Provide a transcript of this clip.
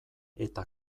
eta